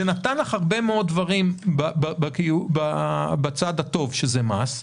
זה נתן לך הרבה מאוד דברים בצד הטוב, שזה מס,